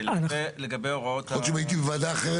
יכול להיות שאם הייתי בוועדה אחרת,